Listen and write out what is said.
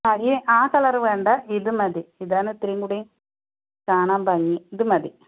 അയ്യേ ആ കളറുവേണ്ട ഇതുമതി ഇതാണ് ഇത്തിരിയും കൂടി കാണാൻ ഭംഗി